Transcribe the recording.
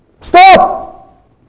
Stop